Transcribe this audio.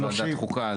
לוועדת חוקה,